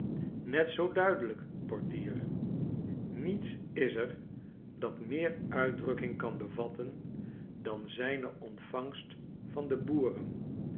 net zoo duidelijk portier niets is er dat meer uitdrukking kan bevatten dan zijne ontvangst van de boeren